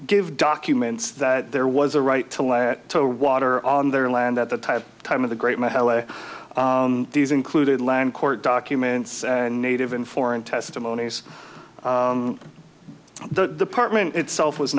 give documents that there was a right to let the water on their land at the time time of the great mahalla these included land court documents and native and foreign testimonies the partment itself was